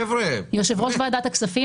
חבר'ה --- יושב-ראש ועדת הכספים,